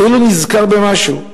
כאילו נזכר במשהו,